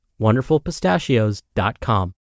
wonderfulpistachios.com